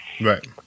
Right